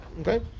okay